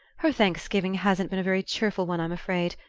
her thanksgiving hasn't been a very cheerful one, i'm afraid.